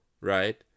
Right